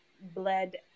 bled